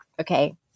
okay